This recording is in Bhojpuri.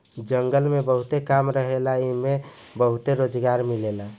जंगल में बहुत काम रहेला एइमे बहुते रोजगार मिलेला